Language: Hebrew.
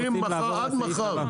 הם יכולים עד מחר,